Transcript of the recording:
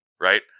right